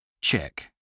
Check